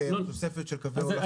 בתוספת של קווי הולכה?